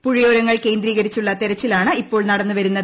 പുഴയോരങ്ങൾ കേന്ദ്രീകരിച്ചുള്ള തെരച്ചിലാണ് ഇപ്പോൾ നടന്നുവരുന്നത്